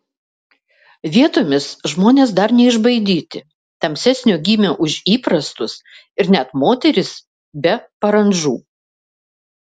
vietomis žmonės dar neišbaidyti tamsesnio gymio už įprastus ir net moterys be parandžų